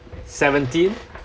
seventeen